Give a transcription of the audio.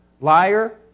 liar